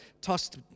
tossed